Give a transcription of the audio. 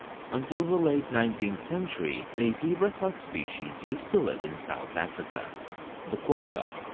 until the late nineteenth century, a zebra subspecies used to live in south africa the quagga.